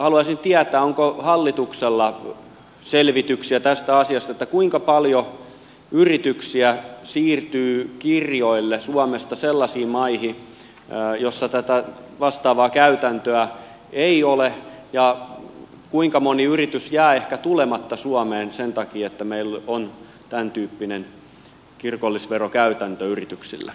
haluaisin tietää onko hallituksella selvityksiä tästä asiasta kuinka paljon yrityksiä siirtyy kirjoille suomesta sellaisiin maihin joissa tätä vastaavaa käytäntöä ei ole ja kuinka moni yritys jää ehkä tulematta suomeen sen takia että meillä on tämän tyyppinen kirkollisverokäytäntö yrityksille